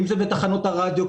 ואם זה בתחנות הרדיו,